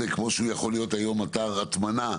כמו שהוא יכול להית היום אתר הטמנה,